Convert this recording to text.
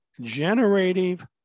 generative